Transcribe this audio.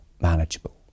manageable